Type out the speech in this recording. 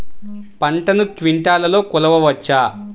పంటను క్వింటాల్లలో కొలవచ్చా?